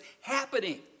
happening